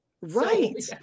Right